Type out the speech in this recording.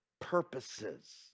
purposes